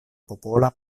popola